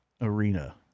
Arena